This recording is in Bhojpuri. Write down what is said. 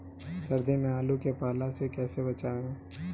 सर्दी में आलू के पाला से कैसे बचावें?